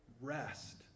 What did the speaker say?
rest